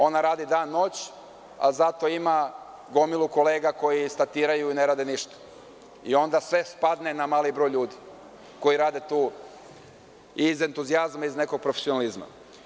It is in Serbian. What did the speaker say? Ona radi dan-noć, ali zato ima gomilu kolega koji statiraju i ne rade ništa i onda sve spadne na mali broj ljudi koji tu rade iz entuzijazma i nekog profesionalizma.